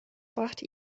brachte